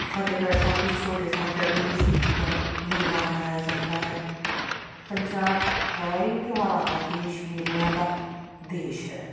ਫਤਿਹਗੜ੍ਹ ਸਾਹਿਬ ਵੀ ਛੋਟੇ ਸਾਹਿਬਜ਼ਾਦਿਆਂ ਦੀ ਸ਼ਹੀਦੀ ਦਾ ਮੇਲਾ ਮਨਾਇਆ ਜਾਂਦਾ ਹੈ ਪੰਜਾਬ ਹੈ ਹੀ ਤਿਉਹਾਰਾਂ ਦਾ ਦੇਸ਼ ਮੇਲਿਆਂ ਦਾ ਦੇਸ਼ ਹੈ